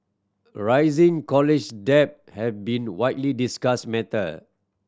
rising college debt has been widely discussed matter